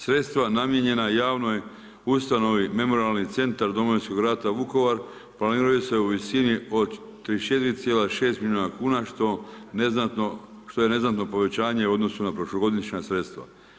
Sredstva namijenjena javnoj ustavno Memorijalni centar Domovinskog rata Vukovar planiraju se u visini od 34,6% milijuna kuna što je neznatno povećanje u odnosu na prošlogodišnja sredstva.